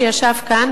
שישב כאן,